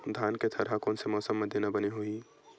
धान के थरहा कोन से मौसम म देना बने होही?